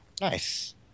Nice